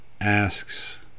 asks